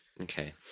okay